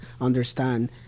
understand